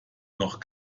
noch